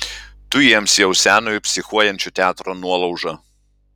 tu jiems jau senojo psichuojančio teatro nuolauža